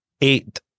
eight